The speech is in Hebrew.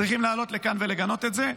צריכים לעלות לכאן ולגנות את זה.